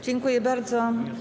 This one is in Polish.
Dziękuję bardzo.